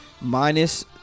Minus